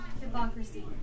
hypocrisy